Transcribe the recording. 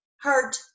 hurt